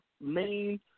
main